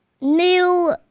new